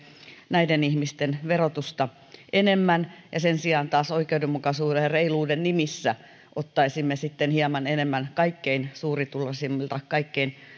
näiden ihmisten verotusta enemmän ja sen sijaan taas oikeudenmukaisuuden ja reiluuden nimissä ottaisimme sitten hieman enemmän kaikkein suurituloisimmilta kaikkein